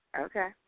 Okay